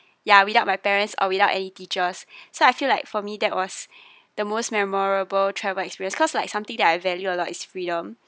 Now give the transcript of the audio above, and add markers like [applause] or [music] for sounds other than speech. ya without my parents or without any teachers [breath] so I feel like for me that was [breath] the most memorable travel experience cause like something that I value a lot is freedom